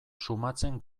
susmatzen